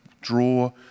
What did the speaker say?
draw